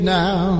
now